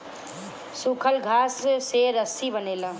सूखल घास से रस्सी बनेला